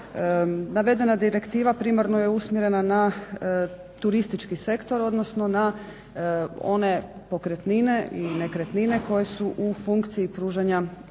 Navedena direktiva primarno je usmjerena na turistički sektor, odnosno na one pokretnine i nekretnine koje su u funkciji pružanja